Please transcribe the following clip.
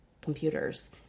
computers